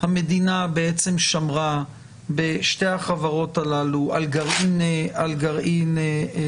המדינה שמרה בשתי החברות הללו על גרעין שליטה.